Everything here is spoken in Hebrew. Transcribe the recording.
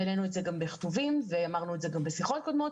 והעלינו את זה גם בכתובים ואמרנו את זה גם בשיחות קודמות,